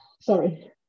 sorry